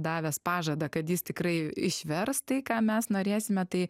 davęs pažadą kad jis tikrai išvers tai ką mes norėsime tai